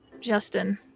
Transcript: Justin